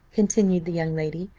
continued the young lady,